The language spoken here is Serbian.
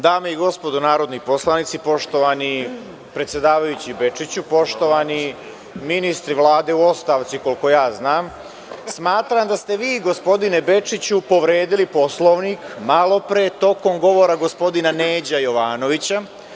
Dame i gospodo narodni poslanici, poštovani predsedavajući Bečiću, poštovani ministri Vlade u ostavci, koliko ja znam, smatram da ste vi, gospodine Bečiću, povredili Poslovnik malo pre tokom govora gospodina Neđe Jovanovića.